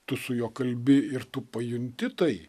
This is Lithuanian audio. tu su juo kalbi ir tu pajunti tai